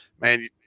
man